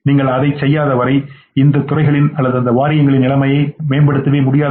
நீங்கள் அதைச் செய்யாத வரை இந்த துறையகளின் அல்லது வாரியங்களின் நிலையை நீங்கள் மேம்படுத்த முடியாது